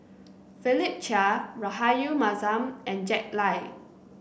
Philip Chia Rahayu Mahzam and Jack Lai